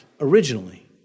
originally